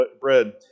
Bread